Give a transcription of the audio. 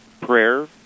prayer